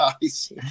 guys